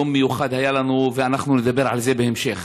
יום מיוחד היה לנו, ואנחנו נדבר על זה בהמשך.